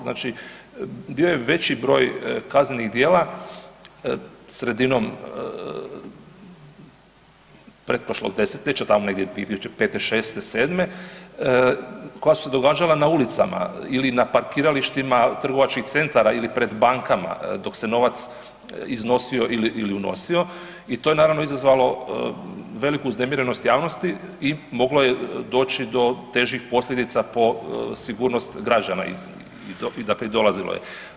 Znači, bio je veći broj kaznenih djela sredinom pretprošlog desetljeća tamo negdje 2005., 6., 7. koja su se događala na ulicama ili na parkiralištima trgovačkih centara ili pred bankama dok se novac iznosio ili unosio i to je naravno izazvalo veliku uznemirenost javnosti i moglo je doći do težih posljedica po sigurnost građana i dakle dolazilo je.